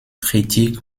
kritik